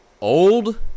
old